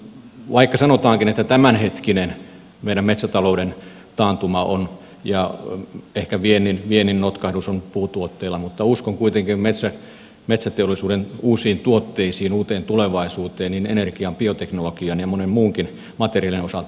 vaikka sanotaankin että meidän tämänhetkinen metsätalouden taantuma ja ehkä viennin notkahdus on puutuotteilla niin uskon kuitenkin metsäteollisuuden uusiin tuotteisiin uuteen tulevaisuuteen niin energian bioteknologian kuin monen muunkin materiaalin osalta